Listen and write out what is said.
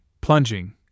plunging